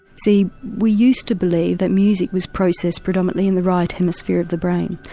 see we used to believe that music was processed predominately in the right hemisphere of the brain,